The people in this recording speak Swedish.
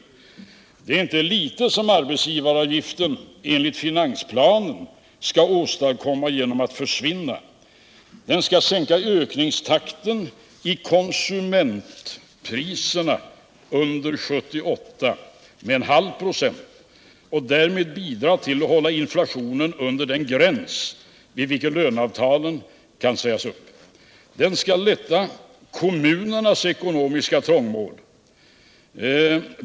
Han skriver: ”Det är inte lite som arbetsgivaravgiften enligt finansplanen skall åstadkomma genom att försvinna. Den skall sänka ökningstakten i konsument priserna under 1978 med en halv procent och därmed bidra till att hålla inflationen under den gräns vid vilken löneavtalen kan sägas upp. Den skall lätta kommunernas ekonomiska trångmål.